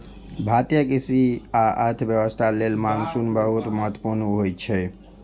भारतीय कृषि आ अर्थव्यवस्था लेल मानसून बहुत महत्वपूर्ण होइ छै